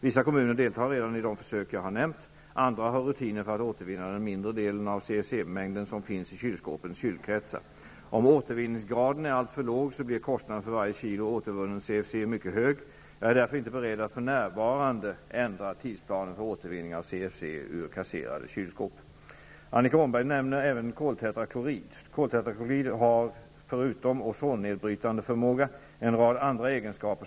Vissa kommuner deltar redan i de försök jag har nämnt. Andra har rutiner för att återvinna den mindre delen av CFC-mängden som finns i kylskåpens kylkretsar. Om återvinningsgraden är alltför låg blir kostnaden för varje kilo återvunnen CFC mycket hög. Jag är därför inte beredd att för närvarande ändra tidsplanen för återvinning av CFC ur kasserade kylskåp. Annika Åhnberg nämner även koltetraklorid. Koltetraklorid har, förutom ozonnedbrytande förmåga, en rad andra egenskaper.